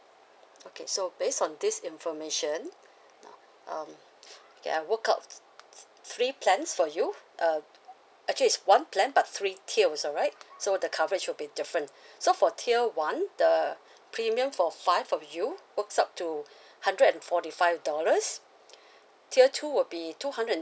okay so based on this information now um okay I work out th~ three plans for you uh actually it's one plan but three tiers alright so the coverage will be different so for tier one the premium for five of you works out to hundred and forty five dollars tier two would be two hundred and